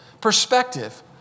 perspective